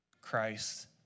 Christ